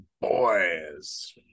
Boys